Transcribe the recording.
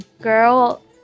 girl